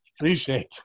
Appreciate